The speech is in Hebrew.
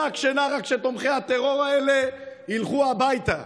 שק שינה, רק שתומכי הטרור האלה ילכו הביתה.